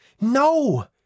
No